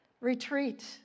retreat